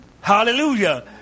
Hallelujah